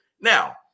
Now